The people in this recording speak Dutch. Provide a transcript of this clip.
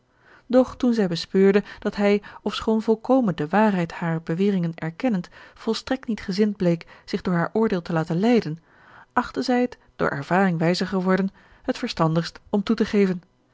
doch toen zij bespeurde dat hij ofschoon volkomen de waarheid harer beweringen erkennend volstrekt niet gezind bleek zich door haar oordeel te laten leiden achtte zij het door ervaring wijzer geworden het verstandigst om toe te geven